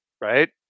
right